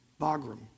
Bagram